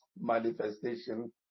manifestation